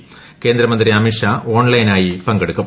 ക്ട്രേന്ദ്രമുന്തി അമിത് ഷാ ഓൺലൈനായി പങ്കെടുക്കും